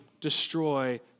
destroy